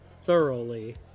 thoroughly